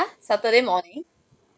ah saturday morning